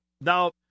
Now